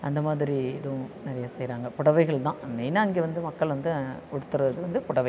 அந்த மாதிரி இதுவும் நிறையா செய்கிறாங்க புடவைகள் தான் மெயினாக இங்கே வந்து மக்கள் வந்து உடுத்துகிறது வந்து புடவை தான்